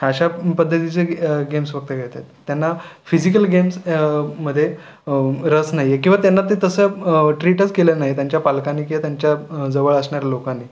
अशा पद्धतीचे गेम्स फक्त खेळत आहेत त्यांना फिजिकल गेम्स मध्ये रस नाही आहे किंवा त्यांना ते तसं ट्रीटच केलं नाही आहे त्यांच्या पालकांनी किंवा त्यांच्या जवळ असणाऱ्या लोकांनी